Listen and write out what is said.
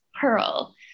Pearl